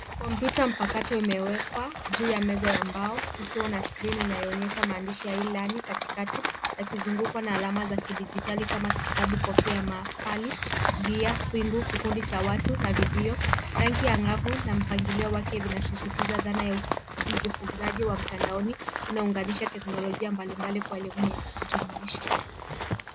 Kompyuta mpakato imewekwa juu ya meza ya mbao ikiwa na skrini inayoonyesha maandishi ya e-learning katikati yakizungukwa na alama za kidijitali kama kitabu, kofia ya maafali, gia, wingu, kikundi cha watu na video, rangi angavu na mpangilio wake vinasisitiza dhana ya ujifunzaji wa mtandaoni unaunganisha teknolojia mbalimbali kwa ya elimu jumuishi.